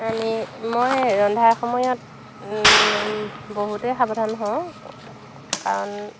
আমি মই ৰন্ধাৰ সময়ত বহুতেই সাৱধান হওঁ কাৰণ